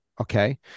Okay